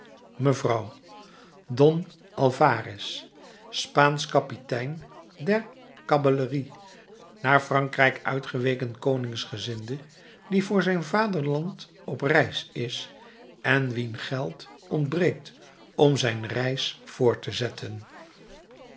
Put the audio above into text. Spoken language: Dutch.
mevrouw don alvarès spaansch kapitein der caballerie naar frankrijk uitgeweken koningsgezinde die voor zijn vaderland op reis is en wien geld ontbreekt om zijn reis voort te zetten